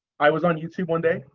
i was on youtube, one day.